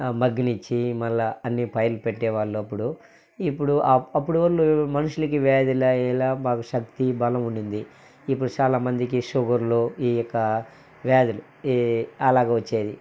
మగ్గనిచ్చి మళ్ళా అన్నీ పైర్లు పెట్టేవాళ్ళు అప్పుడు ఇప్పుడు అప్ అప్పుడు వాళ్ళు మనుషులకి వ్యాధి లా ఏంలా బాగా శక్తి బలం ఉన్నింది ఇప్పుడు చాలా మందికి షుగర్లు ఈ యొక్క వ్యాధులు ఈ అలాగ వచ్చింది